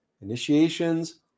Initiations